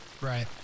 Right